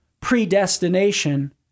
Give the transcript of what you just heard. predestination